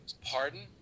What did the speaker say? pardon